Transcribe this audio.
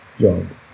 job